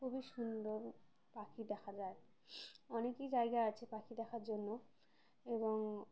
খুবই সুন্দর পাখি দেখা যায় অনেকই জায়গা আছে পাখি দেখার জন্য এবং